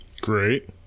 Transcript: great